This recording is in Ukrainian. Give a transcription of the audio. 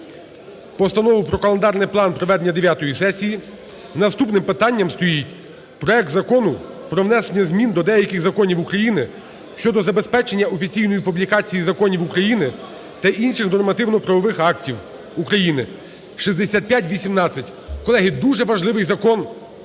Постанову про календарний план проведення дев'ятої сесії. Наступним питанням стоїть проект Закону про внесення змін до деяких законів України щодо забезпечення офіційної публікації законів України та інших нормативно-правових актів України (6518). Колеги, дуже важливий закон,